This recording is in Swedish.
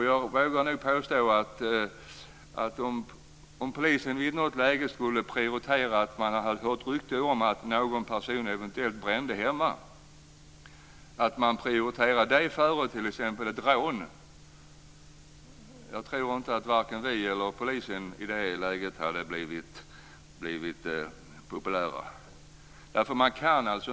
Jag vågar nog påstå att om polisen i något läge skulle prioritera ett rykte om att någon person eventuellt brände hemma före t.ex. ett rån så hade varken vi eller polisen blivit populära.